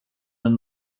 een